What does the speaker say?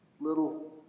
little